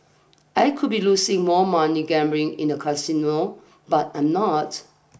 I could be losing more money gambling in a casino but I'm not